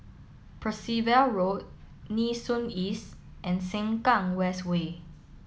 Percival Road Nee Soon East and Sengkang West Way